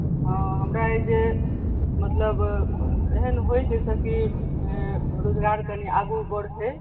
हँ हमरा अइ जे मतलब एहेन होय जाहिसँ कि ओ उम्मीदवार कनि आगू बढ़य